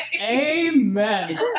Amen